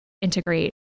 integrate